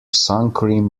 suncream